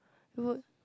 would